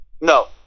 No